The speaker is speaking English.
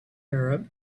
arab